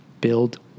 build